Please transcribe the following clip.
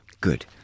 Good